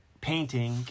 painting